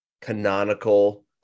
canonical